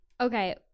okay